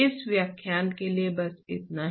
तो यहां रुकते है